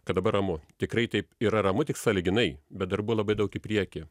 kad dabar ramu tikrai taip yra ramu tik sąlyginai bet darbų labai daug į priekį